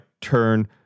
turn